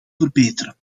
verbeteren